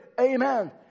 amen